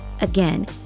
Again